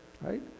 right